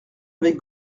avec